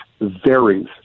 varies